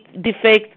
defect